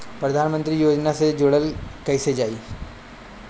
प्रधानमंत्री योजना से कैसे जुड़ल जाइ?